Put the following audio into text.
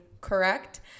correct